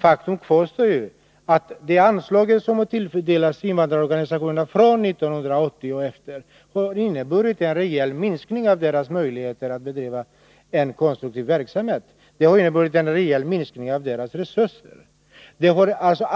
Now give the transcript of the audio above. kvarstår faktum att det anslag som tilldelades invandrarorganisationerna från 1980 och därefter har inneburit en rejäl minskning av deras möjligheter att bedriva en konstruktiv verksamhet. Det har inneburit en rejäl minskning av deras resurser.